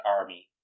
army